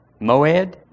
Moed